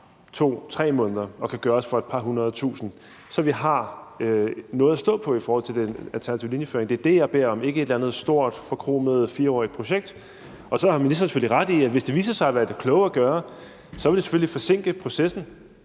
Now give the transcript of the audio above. tager 2-3 måneder og kan gøres for et par 100.000 kr., så vi har noget at stå på i forhold til den alternative linjeføring. Det er det, jeg beder om, ikke et eller andet stort forkromet 4-årigt projekt. Så har ministeren selvfølgelig ret i, at hvis det viser sig at være det kloge at gøre, vil det selvfølgelig forsinke processen.